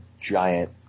giant